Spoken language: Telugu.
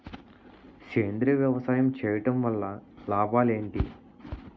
సేంద్రీయ వ్యవసాయం చేయటం వల్ల లాభాలు ఏంటి?